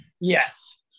Yes